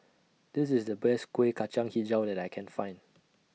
This IS The Best Kueh Kacang Hijau that I Can Find